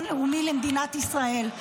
ביטחון לאומי למדינת ישראל,